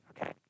okay